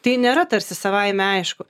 tai nėra tarsi savaime aišku